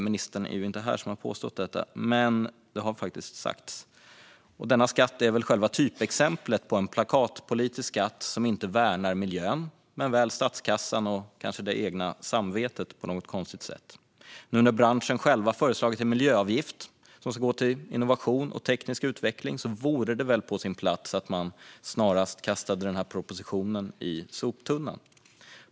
Ministern som har påstått detta är inte här, men det har faktiskt sagts. Denna skatt är väl själva typexemplet på en plakatpolitisk skatt som inte värnar miljön men väl statskassan och det egna samvetet, på något konstigt sätt. Nu när branschen själv har föreslagit en miljöavgift som ska gå till innovation och teknisk utveckling vore det väl på sin plats att man snarast kastar propositionen i soptunnan.